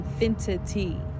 infinity